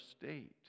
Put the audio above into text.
state